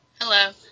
Hello